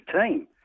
team